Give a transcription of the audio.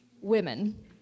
women